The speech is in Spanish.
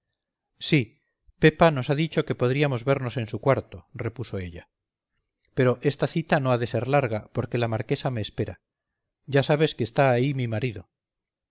sí pepa nos ha dicho que podríamos vernos en su cuarto repuso ella pero esta cita no ha de ser larga porque la marquesa me espera ya sabes que está ahí mi marido